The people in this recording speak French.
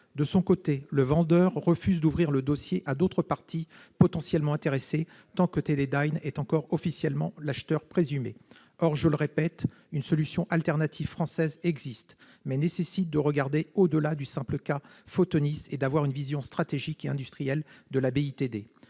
De son côté le vendeur refuse d'ouvrir le dossier à d'autres parties potentiellement intéressées, tant que Teledyne est encore officiellement l'acheteur présumé. Or, je le répète, une solution alternative française existe, mais nécessite de regarder au-delà du simple cas de Photonis et d'avoir une vision stratégique et industrielle de la BITD.